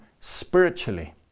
spiritually